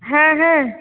হ্যাঁ হ্যাঁ